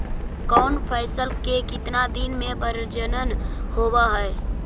कौन फैसल के कितना दिन मे परजनन होब हय?